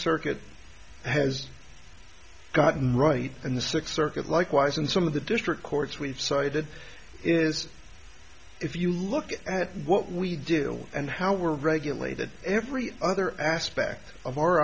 circuit has gotten right in the sixth circuit likewise in some of the district courts we've cited is if you look at what we do and how were regulated every other aspect of our